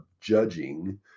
judging